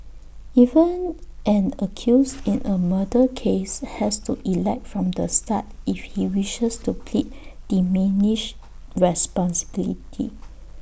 even an accused in A murder case has to elect from the start if he wishes to plead diminished responsibility